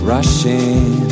Rushing